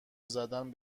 زدن